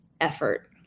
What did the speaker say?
effort